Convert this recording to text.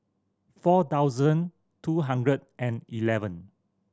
four thousand two hundred and eleven